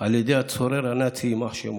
על ידי הצורר הנאצי, יימח שמו.